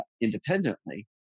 independently